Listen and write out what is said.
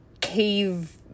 cave